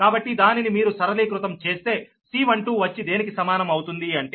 కాబట్టి దానిని మీరు సరళీకృతం చేస్తే C12 వచ్చి దేనికి సమానం అవుతుంది అంటే 0